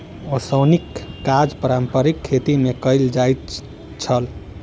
ओसौनीक काज पारंपारिक खेती मे कयल जाइत छल